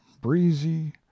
breezy